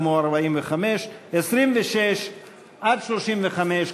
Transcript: כמו 45. 26 35,